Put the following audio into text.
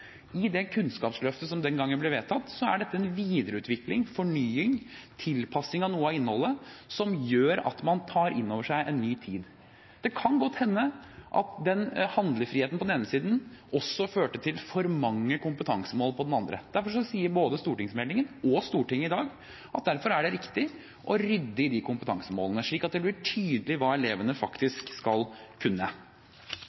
Kunnskapsløftet som den gangen ble vedtatt, tilpassing av noe av innholdet som gjør at man tar inn over seg en ny tid. Det kan godt hende at handlefriheten på den ene siden også førte til for mange kompetansemål på den andre. Derfor sier både stortingsmeldingen og Stortinget i dag at det er riktig å rydde i kompetansemålene, slik at det blir tydelig hva elevene